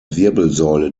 wirbelsäule